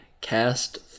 cast